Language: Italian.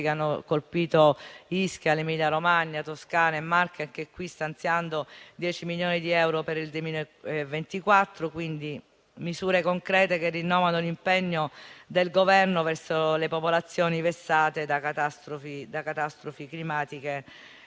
che hanno colpito Ischia, l'Emilia-Romagna, la Toscana e le Marche, anche qui stanziando 10 milioni di euro per il 2024. Sono misure concrete che rinnovano l'impegno del Governo verso le popolazioni vessate da catastrofi climatiche